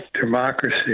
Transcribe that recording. democracy